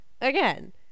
again